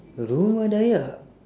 rumah dayak